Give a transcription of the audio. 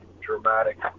dramatic